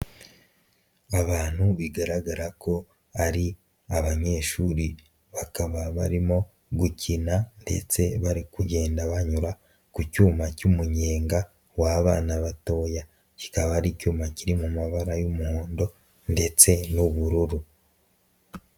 Abantu bigaragara ko ari abanyeshuri, bakaba barimo gukina ndetse bari kugenda banyura ku cyuma cy'umunyenga w'abana batoya. Kikaba ari icyuma kiri mu mabara y'umuhondo ndetse n'ubururu.